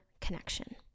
connection